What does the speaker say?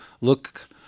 look